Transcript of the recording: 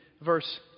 verse